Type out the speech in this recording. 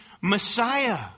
Messiah